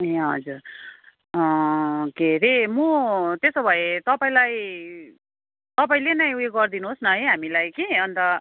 ए हजुर के अरे म त्यसो भए तपाईँलाई तपाईँले नै उयो गरिदिनु होस् न है हामीलाई कि अन्त